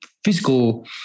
Physical